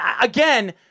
again